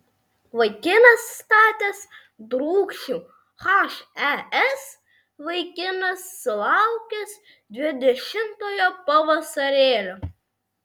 vaikinas statęs drūkšių hes vaikinas sulaukęs dvidešimtojo pavasarėlio